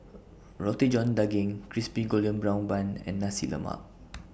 Roti John Daging Crispy Golden Brown Bun and Nasi Lemak